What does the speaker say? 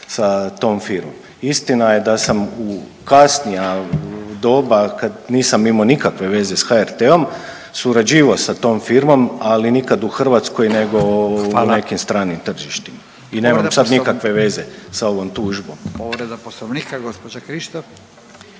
sa tom firmom. Istina je da sam u kasnije doba kad nisam imao nikakve veze s HRT-om surađivao sa tom firmom, ali nikad u Hrvatskoj nego …/Upadica Radin: Hvala./… u nekim stranim tržištima i nemam sad nikakve veze s ovom tužbom. **Radin, Furio